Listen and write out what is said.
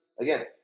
Again